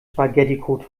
spaghetticode